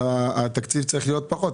אז התקציב צריך להיות פחות.